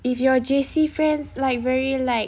if your J_C friends like very like